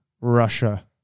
Russia